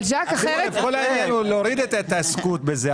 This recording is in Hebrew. כל העניין הוא להוריד התעסקות בזה,